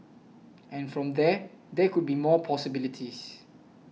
and from there there could be more possibilities